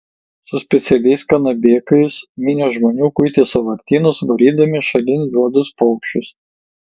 su specialiais kanabėkais minios žmonių kuitė sąvartynus varydami šalin juodus paukščius